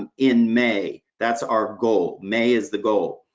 and in may. that's our goal, may is the goal.